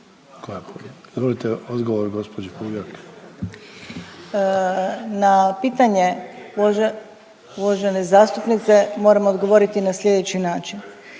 Na pitanje uvažene zastupnice moram odgovoriti na sljedeći način.